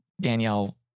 Danielle